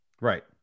Right